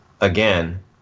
again